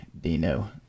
Dino